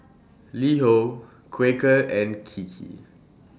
LiHo Quaker and Kiki